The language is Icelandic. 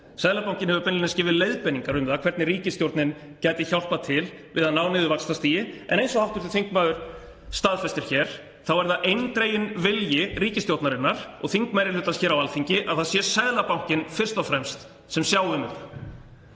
Seðlabankinn hefur beinlínis gefið leiðbeiningar um það hvernig ríkisstjórnin gæti hjálpað til við að ná niður vaxtastigi en eins og hv. þingmaður staðfestir hér þá er það eindreginn vilji ríkisstjórnarinnar og þingmeirihlutans hér á Alþingi að það sé Seðlabankinn fyrst og fremst sem sjái um þetta.